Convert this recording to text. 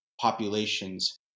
populations